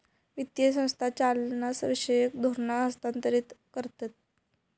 वित्तीय संस्था चालनाविषयक धोरणा हस्थांतरीत करतत